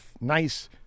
nice